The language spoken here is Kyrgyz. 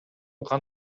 кан